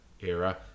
era